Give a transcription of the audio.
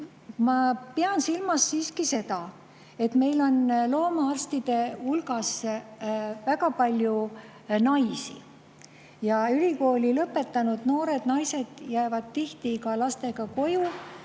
Ma pean silmas siiski seda, et meil on loomaarstide hulgas väga palju naisi, ja ülikooli lõpetanud noored naised jäävad tihti ka lastega koju.